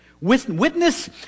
Witness